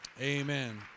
Amen